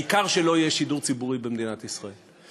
העיקר שלא יהיה שידור ציבורי במדינת ישראל.